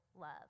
love